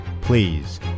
Please